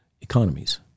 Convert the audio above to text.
economies